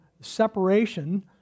separation